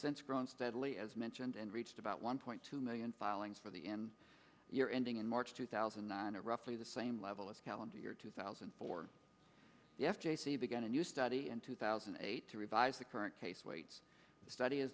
since grown steadily as mentioned and reached about one point two million filings for the end year ending in march two thousand and nine are roughly the same level as calendar year two thousand and four yes j c began a new study in two thousand and eight to revise the current case weights study is